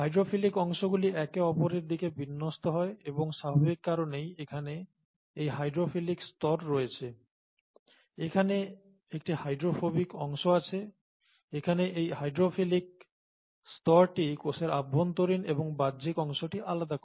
hydrophilic অংশগুলি একে অপরের দিকে বিন্যস্ত হয় এবং স্বাভাবিক কারণেই এখানে একটি হাইড্রোফিলিক স্তর রয়েছে এখানে একটি হাইড্রোফোবিক অংশ আছে এখানে এই হাইড্রোফিলিক স্তরটি কোষের অভ্যন্তরীণ এবং বাহ্যিক অংশটি আলাদা করে